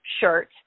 shirt